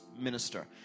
minister